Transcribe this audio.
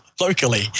locally